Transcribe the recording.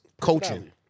coaching